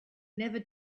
never